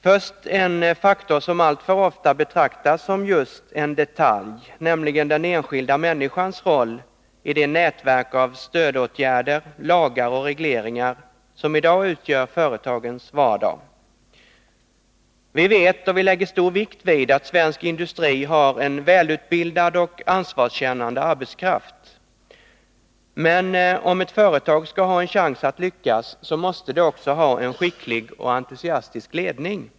Först en faktor som alltför ofta betraktas som just en detalj, nämligen den enskilda människans roll i det nätverk av stödåtgärder, lagar och regleringar som i dag utgör företagens vardag. Vi vet, och lägger stor vikt vid, att svensk industri har en välutbildad och ansvarskännande arbetskraft. Men om ett företag skall ha en chans att lyckas, måste det också ha en skicklig och entusiastisk ledning.